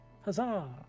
Huzzah